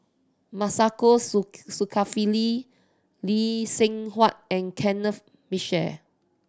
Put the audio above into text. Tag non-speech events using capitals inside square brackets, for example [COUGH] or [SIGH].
Masagos [UNINTELLIGIBLE] Zulkifli Lee Seng Huat and Kenneth Mitchell